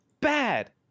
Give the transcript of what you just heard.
bad